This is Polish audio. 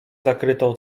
zakrytą